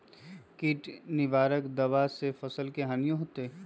किट निवारक दावा से फसल के हानियों होतै?